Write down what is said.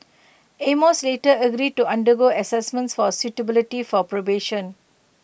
amos later agreed to undergo Assessment for A suitability for probation